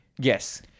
Yes